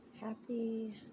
Happy